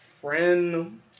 friend